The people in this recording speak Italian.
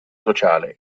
sociale